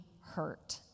hurt